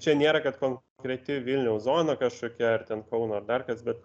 čia nėra kad konkreti vilniaus zona kažkokia ar ten kauno ar dar kas bet